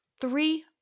three